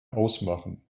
ausmachen